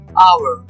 hour